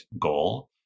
goal